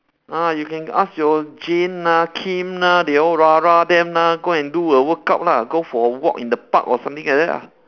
ah you can ask your jean ah kim ah they all rah-rah them lah go and do a workout lah go for a walk in the park or something like that ah